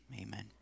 Amen